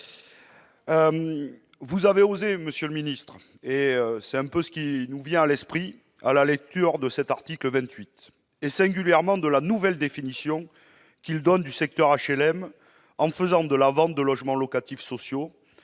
Vous avez osé, monsieur le ministre : ce sont les mots qui nous viennent à l'esprit à la lecture de cet article 28, et singulièrement de la nouvelle définition qu'il donne du secteur HLM, en faisant de la vente de logements locatifs sociaux,